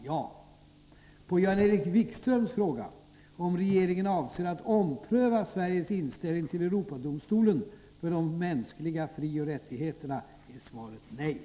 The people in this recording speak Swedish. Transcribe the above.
2. Anser statsministern att Sverige inte snabbt och till fullo skall rätta sig efter Europadomstolens domar?